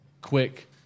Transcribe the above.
Quick